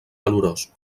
calorós